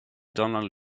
donald